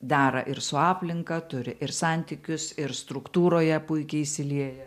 dar ir su aplinka turi ir santykius ir struktūroje puikiai įsilieja